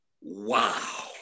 Wow